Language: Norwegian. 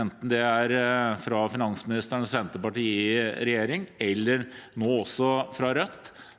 enten det er fra finansministeren og Senterpartiet i regjering eller, som nå, fra Rødt,